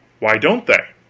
why don't they?